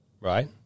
right